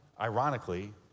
ironically